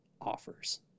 offers